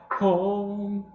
home